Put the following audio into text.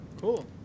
cool